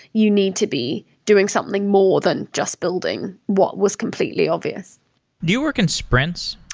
you need to be doing something more than just building what was completely obvious do you work in sprints?